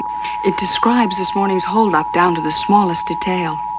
it describes this morning's holdup down to the smallest detail.